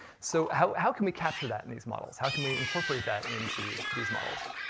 so how how can we capture that in these models? how can we incorporate that into these models?